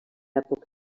època